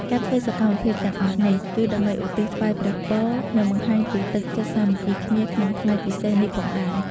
ការធ្វើសកម្មភាពទាំងអស់នេះ គឺដើម្បីឧទ្ទិសថ្វាយព្រះពរ និងបង្ហាញពីទឹកចិត្តសាមគ្គីគ្នាក្នុងថ្ងៃពិសេសនេះផងដែរ។